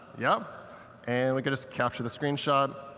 yeah and we can just capture the screenshot.